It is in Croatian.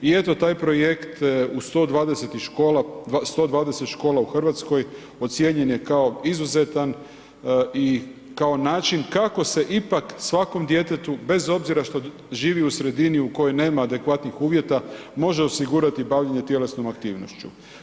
I eto taj projekt u 120 škola u Hrvatskoj ocijenjen je kao izuzetan i kao način kako se ipak svakom djetetu bez obzira što živi u sredini u kojoj nema adekvatnih uvjeta može osigurati bavljenje tjelesnom aktivnošću.